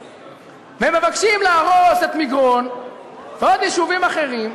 ומבקשים להרוס את מגרון ועוד יישובים אחרים,